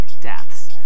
deaths